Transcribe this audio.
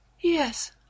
Yes